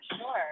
sure